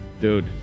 Dude